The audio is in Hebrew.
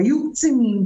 והיו קצינים,